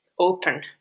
open